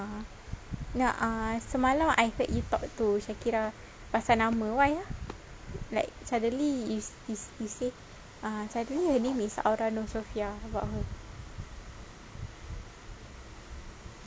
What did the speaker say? a'ah ya ah semalam I heard you talk to shakirah pasal nama why ah like suddenly you you say macam dulu her name is aura nur sofia about her